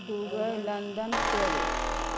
beagle London Paris